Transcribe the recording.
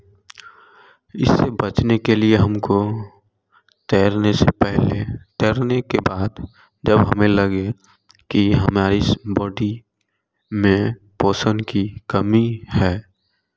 इससे बचने के लिए हमको तैरने से पहले तैरने के बाद जब हमें लगे कि हमारी बॉडी में पोषण की कमी है